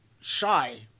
shy